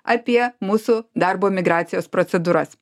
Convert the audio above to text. apie mūsų darbo migracijos procedūras